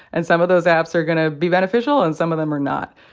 and some of those apps are going to be beneficial, and some of them are not.